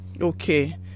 Okay